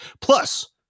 Plus